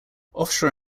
offshore